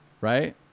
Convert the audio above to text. right